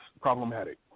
problematic